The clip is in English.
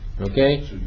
Okay